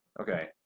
Okay